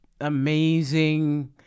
amazing